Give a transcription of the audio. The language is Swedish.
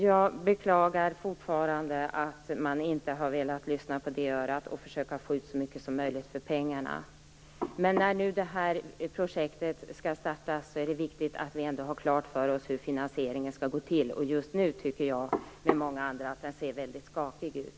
Jag beklagar fortfarande att man inte har velat lyssna på det örat och försöka få ut så mycket som möjligt för pengarna. Men när nu det här projektet skall starta, är det ändå viktigt att vi har klart för oss hur finansieringen skall gå till. Just nu tycker jag, och många andra med mig, att den ser väldigt skakig ut.